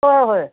हो होय